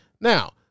Now